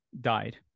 died